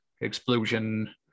explosion